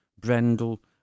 Brendel